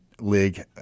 league